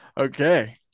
Okay